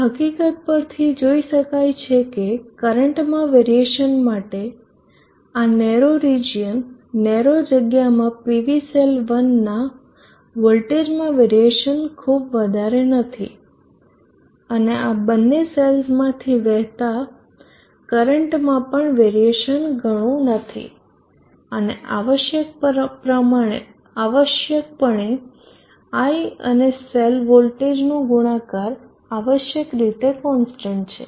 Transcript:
આ હકીકત પરથી જોઈ શકાય છે કે કરંટમાં વેરીએશન માટે આ નેરો રીજીયન નેરો જગ્યામાં PV સેલ 1 ના વોલ્ટેજમાં વેરીએશન ખૂબ વધારે નથી અને બંને સેલ્સમાંથી વહેતા કરંટમાં પણ વેરીએશન ઘણું નથી અને આવશ્યકપણે I અને સેલ વોલ્ટેજનો ગુણાકાર આવશ્યક રીતે કોન્સ્ટન્ટ છે